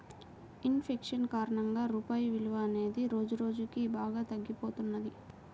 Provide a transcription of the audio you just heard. in fashion కారణంగా రూపాయి విలువ అనేది రోజురోజుకీ బాగా తగ్గిపోతున్నది